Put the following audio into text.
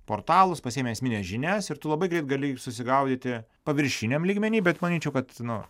portalus pasiimi esmines žinias ir tu labai greit gali susigaudyti paviršiniam lygmeny bet manyčiau kad nu